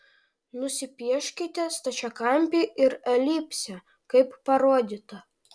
nusipieškite stačiakampį ir elipsę kaip parodyta